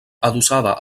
adossada